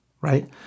right